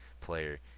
player